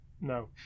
No